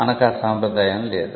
మనకు ఆ సంప్రదాయం లేదు